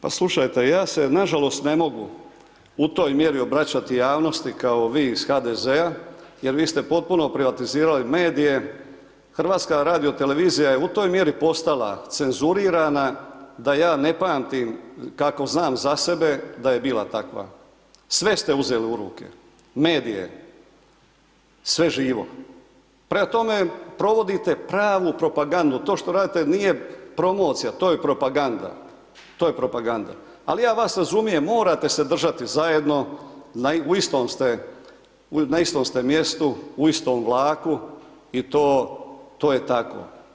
Pa slušajte, ja se nažalost ne mogu u toj mjeri obraćati javnosti kao vi iz HDZ-a jer vi ste potpuno privatizirali medije, HTV je u toj mjeri postala cenzurirana da ja ne pamtim kako znam za sebe da je bila takva, sve ste uzeli u ruke, medije, sve živo, prema tome, provodite pravu propagandu, to što radite nije promocija, to je propaganda, to je propaganda, ali ja vas razumijem, morate se držati zajedno, u istom ste, na istom ste mjestu, u istom vlaku i to, to je tako.